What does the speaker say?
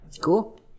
Cool